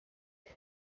this